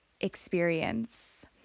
experience